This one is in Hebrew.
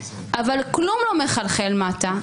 אבל כלום לא מחלחל מטה,